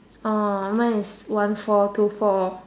orh mine is one four two four